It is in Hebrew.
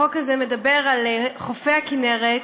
החוק הזה מדבר על חופי הכינרת,